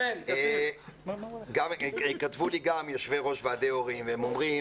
כתבו לי גם יושבי-ראש ועדי הורים והם אומרים